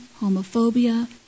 homophobia